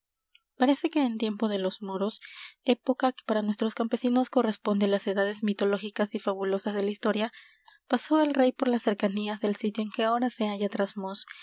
parece que en tiempo de los moros época que para nuestros campesinos corresponde á las edades mitológicas y fabulosas de la historia pasó el rey por las cercanías del sitio en que ahora se halla trasmoz